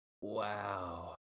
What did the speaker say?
Wow